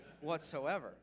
whatsoever